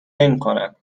نمیکنم